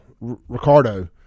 Ricardo